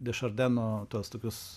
dešardeno tuos tokius